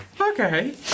Okay